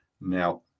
now